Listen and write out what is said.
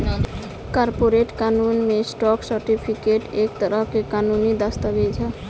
corporate कानून में, stock certificate एक तरह के कानूनी दस्तावेज ह